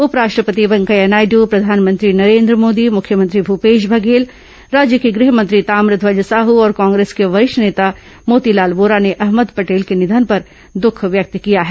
उपराष्टपति वेंकैया नायडू प्रधानमंत्री नरेंद्र मोदी मुख्यमंत्री भूपेश बघेल राज्य के गृह मंत्री ताम्रध्वज साहू और कांग्रेस के वरिष्ठ नेता मोतीलाल वोरा ने अहमद पटेल के निधन पर दुख व्यक्त किया है